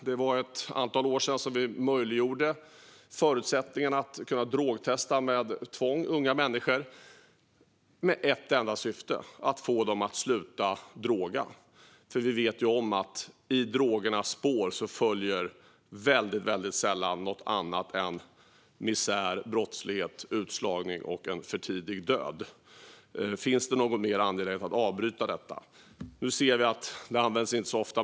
Det var ett antal år sedan som vi möjliggjorde att det fanns förutsättningar att drogtesta unga människor med tvång med ett enda syfte, nämligen att få dem att sluta droga. Vi vet ju att det i drogernas spår väldigt sällan följer någonting annat än misär, brottslighet, utslagning och en för tidig död. Finns det något mer angeläget än att avbryta detta? Vi ser att detta inte används så ofta.